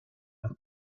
los